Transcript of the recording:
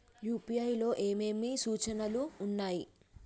UPI లో ఏమేమి సూచనలు ఉన్నాయి?